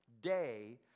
day